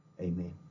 Amen